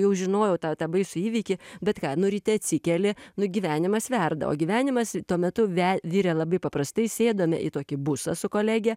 jau žinojau tą tą baisų įvykį bet ką nu ryte atsikeli nu gyvenimas verda o gyvenimas tuo metu ve virė labai paprastai sėdome į tokį busą su kolege